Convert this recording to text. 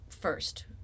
first